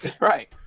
Right